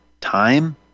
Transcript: time